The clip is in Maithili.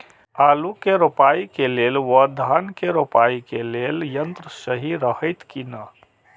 आलु के रोपाई के लेल व धान के रोपाई के लेल यन्त्र सहि रहैत कि ना?